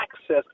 access